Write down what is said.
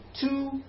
two